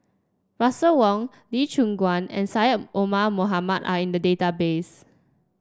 Russel Wong Lee Choon Guan and Syed Omar Mohamed are in the database